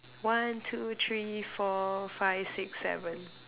one two three four five six seven